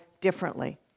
differently